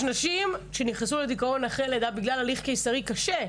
יש נשים שנכנסו לדיכאון אחרי לידה בגלל הליך קיסרי קשה.